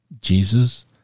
Jesus